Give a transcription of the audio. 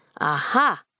Aha